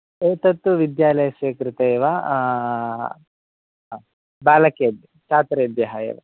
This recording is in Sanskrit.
एतत् विद्यालयस्य कृते एव बालकेभ्यः छात्रेभ्यः